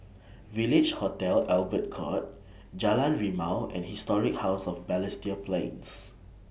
Village Hotel Albert Court Jalan Rimau and Historic House of Balestier Plains